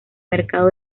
mercado